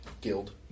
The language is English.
Guild